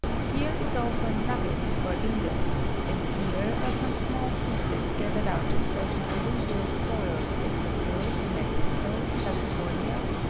here is also a nugget or ingot, and here are some small pieces gathered out of certain alluvial soils in brazil, mexico, california,